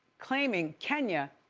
claiming, kenya